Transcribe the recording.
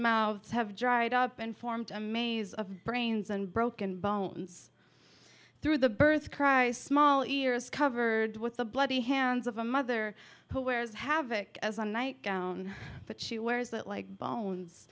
mouths have dried up and formed a maze of brains and broken bones through the birth of christ small ears covered with the bloody hands of a mother who wears havoc as on night gown but she wears that like bones